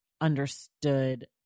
understood